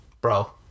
bro